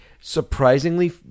surprisingly